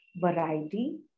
variety